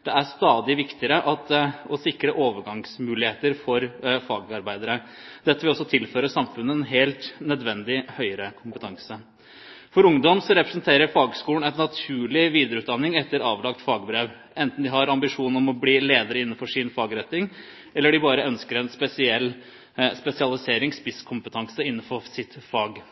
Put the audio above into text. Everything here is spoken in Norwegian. det er stadig viktigere å sikre overgangsmuligheter for fagarbeidere. Dette vil også tilføre samfunnet en helt nødvendig høyere kompetanse. For ungdom representerer fagskolen en naturlig videreutdanning etter avlagt fagbrev, enten de har ambisjon om å bli ledere innenfor sin fagretning, eller de bare ønsker en spesiell spesialisering/spisskompetanse innenfor sitt fag.